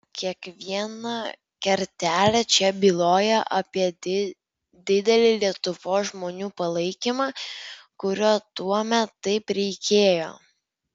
kiekviena kertelė čia byloja apie didelį lietuvos žmonių palaikymą kurio tuomet taip reikėjo